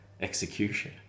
execution